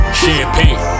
champagne